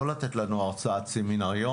לא לתת לנו הרצאת סמינריון,